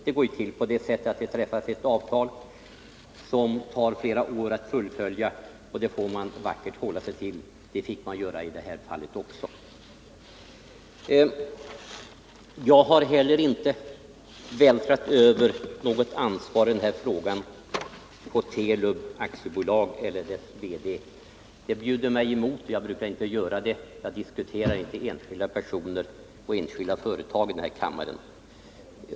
Det går ju till på det sättet att det träffas ett avtal som det tar flera år att fullfölja, och det får man vackert hålla sig till. Det fick man göra i det här fallet också. Jag har heller inte vältrat över något ansvar i den här frågan på Telub AB eller på dess VD. Det bjuder mig emot — jag brukar inte göra så. Jag diskuterar inte enskilda personer och enskilda företag i den här kammaren.